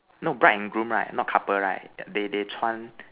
no bride and groom right not couple right they they 穿